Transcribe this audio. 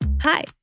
Hi